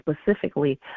specifically